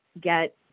get